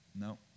no